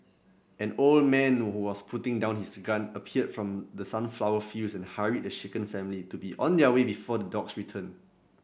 an old man who was putting down his gun appeared from the sunflower fields and hurried the shaken family to be on their way before the dogs return